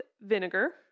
vinegar